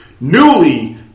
newly